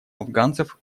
афганцев